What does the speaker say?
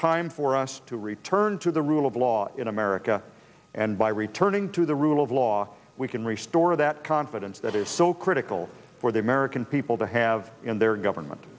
time for us to return to the rule of law in america and by returning to the rule of law we can restore that confidence that is so critical for the american people to have in their government